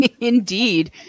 Indeed